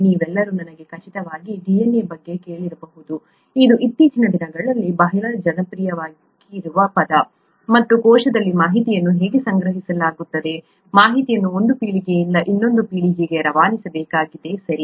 ನೀವೆಲ್ಲರೂ ನನಗೆ ಖಚಿತವಾಗಿ DNA ಬಗ್ಗೆ ಕೇಳಿರಬಹುದು ಇದು ಇತ್ತೀಚಿನ ದಿನಗಳಲ್ಲಿ ಬಹಳ ಜನಪ್ರಿಯ ಪದವಾಗಿದೆ ಮತ್ತು ಕೋಶದಲ್ಲಿ ಮಾಹಿತಿಯನ್ನು ಹೇಗೆ ಸಂಗ್ರಹಿಸಲಾಗುತ್ತದೆ ಮಾಹಿತಿಯು ಒಂದು ಪೀಳಿಗೆಯಿಂದ ಇನ್ನೊಂದು ಪೀಳಿಗೆಗೆ ರವಾನಿಸಬೇಕಾಗಿದೆ ಸರಿ